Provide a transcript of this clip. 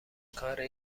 کاره